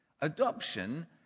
adoption